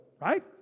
right